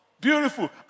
beautiful